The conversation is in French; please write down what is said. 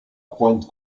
pointe